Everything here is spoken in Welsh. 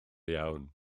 iawn